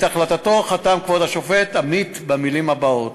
את החלטתו חתם כבוד השופט עמית במילים הבאות: